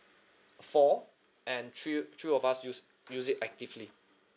four and three three of us use use it actively